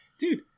Dude